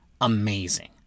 amazing